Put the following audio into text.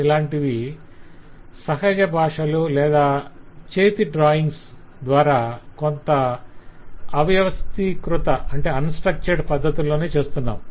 ఇలాంటివి సహజ భాషలు లేదా చేతి డ్రాయింగ్ ల ద్వారా కొంత అవ్యవస్థీకృత పద్దతుల్లోనే చేస్తున్నాం